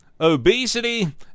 obesity